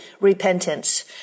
repentance